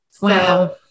wow